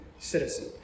Citizen